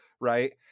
right